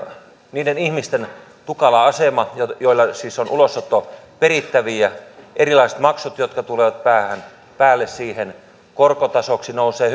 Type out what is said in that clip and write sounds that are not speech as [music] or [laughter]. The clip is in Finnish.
niiden ihmisten tukala asema joilla siis on ulosottoperittäviä erilaiset maksut jotka tulevat päälle siihen korkotasoksi nousee [unintelligible]